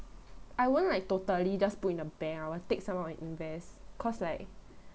I won't like totally just put in the bank I'll take some out and invest cause like